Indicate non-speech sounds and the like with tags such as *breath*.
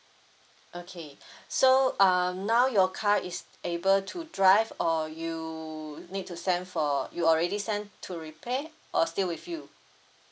okay *breath* so um now your car is able to drive or you need to send for you already sent to repair or still with you